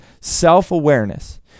Self-awareness